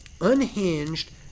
unhinged